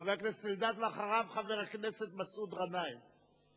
חבר הכנסת אלדד, ואחריו, חבר הכנסת מסעוד גנאים.